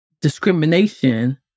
discrimination